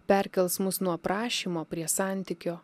perkels mus nuo prašymo prie santykio